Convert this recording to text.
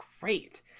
great